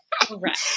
Correct